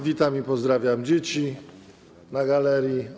Witam i pozdrawiam dzieci na galerii.